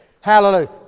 Hallelujah